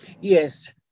Yes